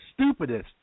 stupidest